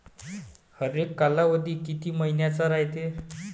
हरेक कालावधी किती मइन्याचा रायते?